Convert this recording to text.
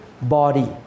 body